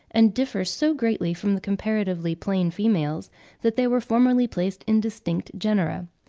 and differ so greatly from the comparatively plain females that they were formerly placed in distinct genera.